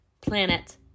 planet